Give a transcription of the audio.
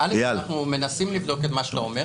ואנחנו מנסים לבדוק את מה שאתה אומר,